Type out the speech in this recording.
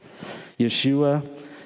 Yeshua